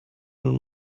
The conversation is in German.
nun